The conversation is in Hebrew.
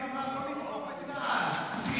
מאיר אמר לא לתקוף את צה"ל --- אמרתי,